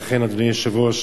אדוני היושב-ראש,